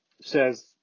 says